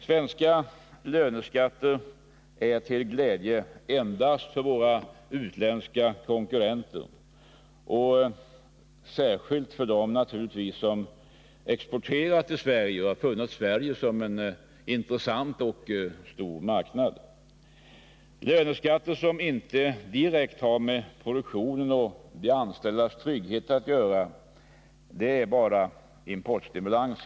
Svenska löneskatter är till glädje endast för våra utländska konkurrenter och särskilt för dem som exporterar till Sverige och har funnit Sverige vara en intressant marknad. Löneskatter som inte direkt har med produktion och de anställdas trygghet att göra är helt enkelt en importstimulans.